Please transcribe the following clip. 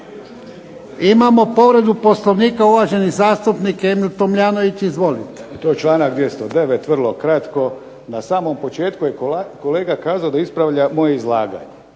Imamo povredu Poslovnika, uvaženi zastupnik Emil Tomljanović. Izvolite. **Tomljanović, Emil (HDZ)** I to članak 209. vrlo kratko, na samom početku je kolega kazao da ispravlja moje izlaganje.